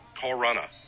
Corona